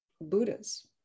Buddhas